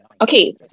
Okay